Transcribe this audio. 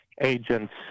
agents